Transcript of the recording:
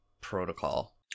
protocol